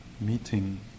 meeting